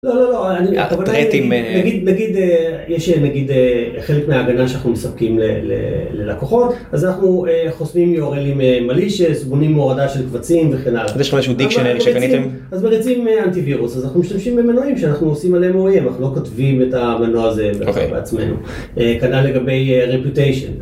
לא, לא, לא, אני מתכוונן, נגיד, נגיד, יש נגיד חלק מההגנה שאנחנו מספקים ללקוחות, אז אנחנו חוסמים urlים malicious, מונעים הורדה של קבצים וכן הלאה. יש לך משהו dictionary שקניתם? אז מריצים אנטיווירוס, אז אנחנו משתמשים במנועים שאנחנו עושים עליהם מנועים, אנחנו לא כותבים את המנוע הזה בעצמנו, כדאי לגבי רפיוטיישן.